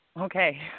Okay